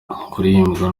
kuribwa